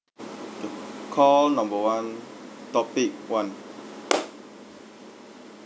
call number one topic one